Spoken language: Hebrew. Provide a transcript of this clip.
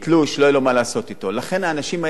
האנשים האלה כן מקבלים ארוחות חמות,